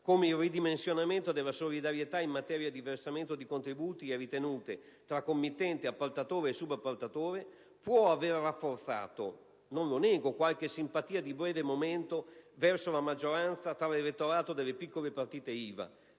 come il ridimensionamento della solidarietà in materia di versamento di contributi e ritenute tra committente, appaltatore e subappaltatore, può aver rafforzato - non lo nego - qualche simpatia di breve momento verso la maggioranza tra l'elettorato delle piccole partite IVA,